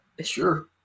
Sure